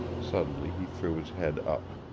suddenly he threw his head up.